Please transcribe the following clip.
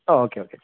okay okay